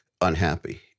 unhappy